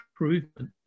improvement